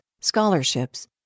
scholarships